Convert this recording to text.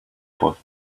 both